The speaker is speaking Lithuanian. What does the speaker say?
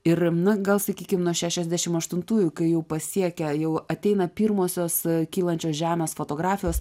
ir na gal sakykim nuo šešiasdešimt aštuntųjų kai jau pasiekę jau ateina pirmosios kylančios žemės fotografijos